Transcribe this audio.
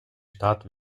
stadt